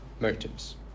motives